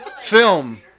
film